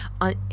on